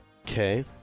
Okay